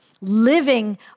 living